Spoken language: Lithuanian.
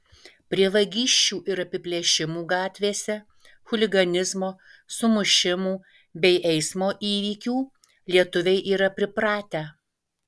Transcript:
prie vagysčių ir apiplėšimų gatvėse chuliganizmo sumušimų bei eismo įvykių lietuviai yra pripratę